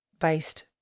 Based